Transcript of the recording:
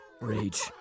rage